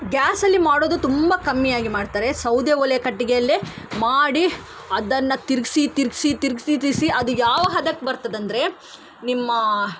ಗ್ಯಾಸಲ್ಲಿ ಮಾಡೋದು ತುಂಬ ಕಮ್ಮಿಯಾಗಿ ಮಾಡ್ತಾರೆ ಸೌದೆ ಒಲೆ ಕಟ್ಟಿಗೆಯಲ್ಲೇ ಮಾಡಿ ಅದನ್ನು ತಿರುಗ್ಸಿ ತಿರುಗ್ಸಿ ತಿರುಗ್ಸಿ ತಿರುಗ್ಸಿ ಅದು ಯಾವ ಹದಕ್ಕೆ ಬರ್ತದಂದ್ರೆ ನಿಮ್ಮ